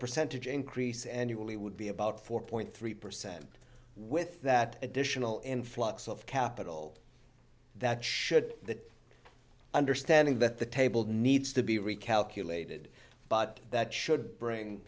percentage increase annually would be about four point three percent with that additional influx of capital that should that understanding that the table needs to be recalculated but that should bring